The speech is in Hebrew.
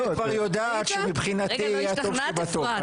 את כבר יודעת שמבחינתי את טופ שבטופ,